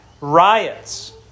riots